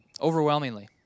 Overwhelmingly